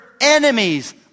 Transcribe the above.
enemies